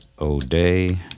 O'Day